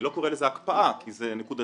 אני לא קורא לזה הקפאה כי זה נקודתית